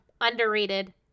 underrated